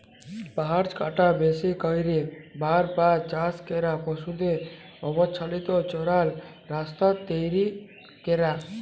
গাহাচ কাটা, বেশি ক্যইরে বার বার চাষ ক্যরা, পশুদের অবাল্ছিত চরাল, রাস্তা তৈরি ক্যরা